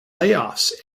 layoffs